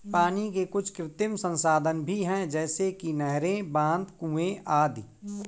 पानी के कुछ कृत्रिम संसाधन भी हैं जैसे कि नहरें, बांध, कुएं आदि